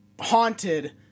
haunted